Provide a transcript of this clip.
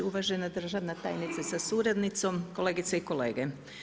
Uvažena državna tajnice sa suradnicom, kolegice i kolege.